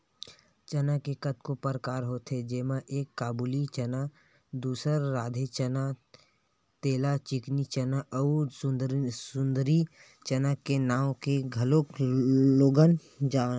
चना के कतको परकार होथे जेमा एक काबुली चना, दूसर राधे चना जेला चिकनी चना अउ सुंदरी चना के नांव ले घलोक लोगन जानथे